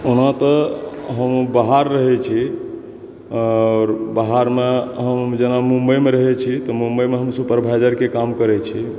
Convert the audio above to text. ओना तऽ हम बाहर रहै छी आओर बाहरमे हम जेना मुम्बइमे रहै छी तऽ मुम्बइमे हम सुपरभाइजर के काम करै छी